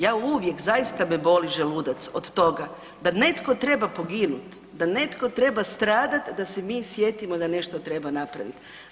Ja uvijek, zaista se me boli želudac od toga da netko treba poginuti, da netko treba stradati da se mi sjetimo da nešto treba napraviti.